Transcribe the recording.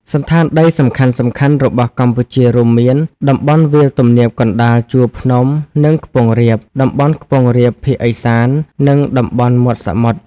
សណ្ឋានដីសំខាន់ៗរបស់កម្ពុជារួមមាន តំបន់វាលទំនាបកណ្តាល ជួរភ្នំ និងខ្ពង់រាប តំបន់ខ្ពង់រាបភាគឦសាន និងតំបន់មាត់សមុទ្រ។